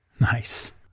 Nice